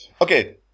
Okay